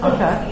Okay